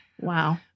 Wow